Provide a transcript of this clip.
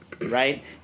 right